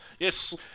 Yes